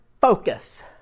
focus